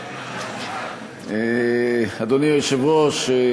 אדוני היושב-ראש,